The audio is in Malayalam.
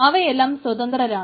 അവയെല്ലാം സ്വതന്ത്രരാണ്